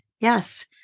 Yes